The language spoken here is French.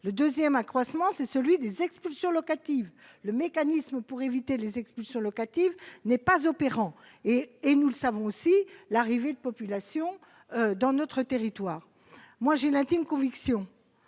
le 2ème accroissement c'est celui des expulsions locatives, le mécanisme pour éviter les expulsions locatives n'est pas opérants et nous le savons aussi l'arrivée de population dans notre territoire, moi j'ai l'intime conviction